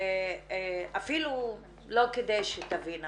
אפילו לא כדי שתבין הממשלה,